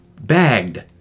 bagged